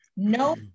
No